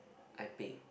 I pick